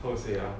how to say ah